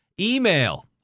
Email